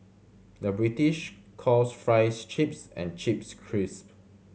the British calls fries chips and chips crisp